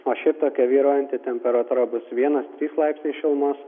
o šiaip tokia vyraujanti temperatūra bus vienas trys laipsniai šilumos